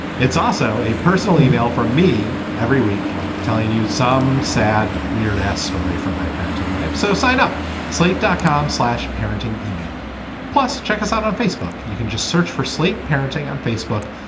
it's also a personal e-mail for me every week telling you some sad, weird ass story from my parenting life. so sign up slate dot com slash parenting email plus check us out on facebook. you can just search for slate parenting on facebook.